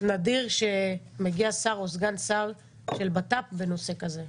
נדיר שמגיע שר או סגן שר של בט"פ בנושא כזה.